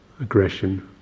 aggression